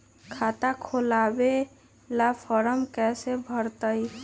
खाता खोलबाबे ला फरम कैसे भरतई?